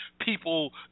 people